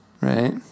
Right